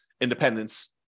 independence